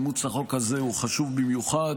אימוץ החוק הזה הוא חשוב במיוחד.